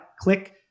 click